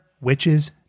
witches